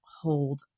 hold